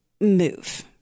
move